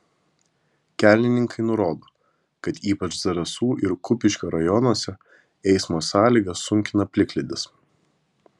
kelininkai nurodo kad ypač zarasų ir kupiškio rajonuose eismo sąlygas sunkina plikledis